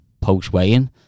post-weighing